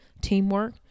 teamwork